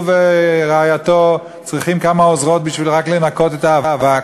הוא ורעייתו צריכים כמה עוזרות רק בשביל לנקות את האבק,